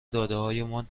دادههایمان